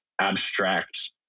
abstract